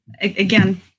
Again